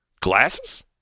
Glasses